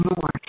more